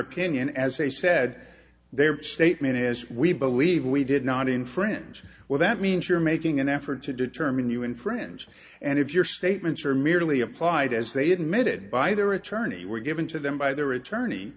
opinion as they said their statement as we believe we did not infringe well that means you're making an effort to determine you infringe and if your statements are merely applied as they admitted by their attorney were given to them by the